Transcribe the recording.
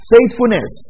Faithfulness